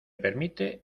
permite